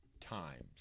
times